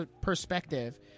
perspective